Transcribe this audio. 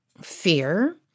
fear